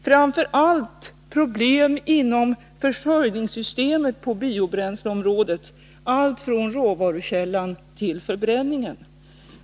Framför allt är det problem inom försörjningssystemen på biobränsleområdet, alltifrån råvarukällan till förbränningen.